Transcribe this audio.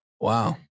Wow